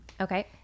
Okay